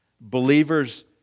believers